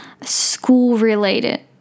school-related